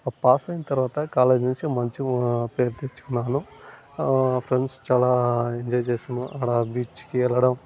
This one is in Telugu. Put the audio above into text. ఆ పాస్ అయిన తరవాత కాలేజ్ నుంచి మంచిపేరు తెచ్చుకున్నాను ఆ ఫ్రెండ్స్ చాలా ఎంజాయ్ చేసాం అక్కడ బీచ్కి వెళ్ళడం